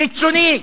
קיצונית,